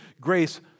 grace